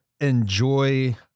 enjoy